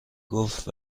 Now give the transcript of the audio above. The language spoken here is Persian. گفت